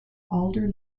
alder